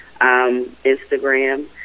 Instagram